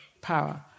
power